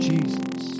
Jesus